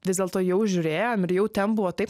vis dėlto jau žiūrėjom ir jau ten buvo taip